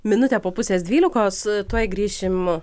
minutę po pusės dvylikos tuoj grįšim